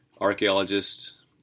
archaeologists